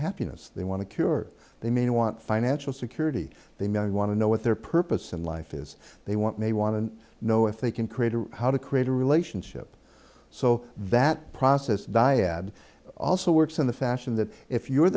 happiness they want to cure they may want financial security they may want to know what their purpose in life is they want may want to know if they can create a how to create a relationship so that process dyad also works in the fashion that if you're